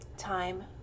time